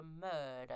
murder